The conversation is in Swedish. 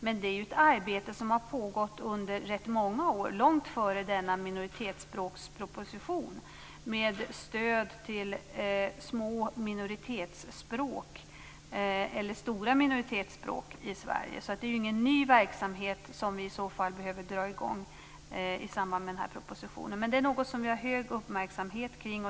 Men det är ju ett arbete som har pågått under rätt många år, långt före denna minoritetsspråksproposition, att ge stöd till små eller stora minoritetsspråk i Sverige. Det är alltså ingen ny verksamhet som vi behöver dra i gång i samband med propositionen. Men det är något som vi har stor uppmärksamhet på.